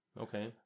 Okay